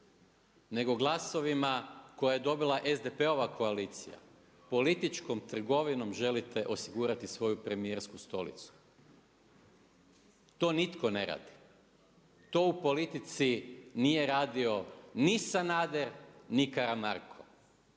nego glasovima koje je dobila SDP-ova koalicija, političkom trgovinom želite osigurati svoju premijersku stolicu. To nitko ne radi. To u politici nije radio ni Sanader, ni Karamarko.